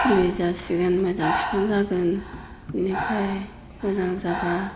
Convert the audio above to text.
फुलि जासिगोन मोजां बिफां जागोन बिनिफाय मोजां जाब्ला